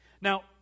Now